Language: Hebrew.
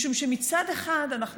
משום שמצד אחד אנחנו אומרים: